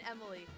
Emily